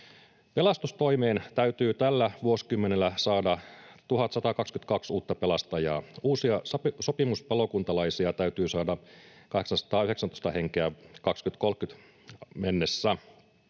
Pelastustoimeen täytyy tällä vuosikymmenellä saada 1 122 uutta pelastajaa. Uusia sopimuspalokuntalaisia täytyy saada 819 henkeä 2030 mennessä.